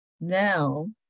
Now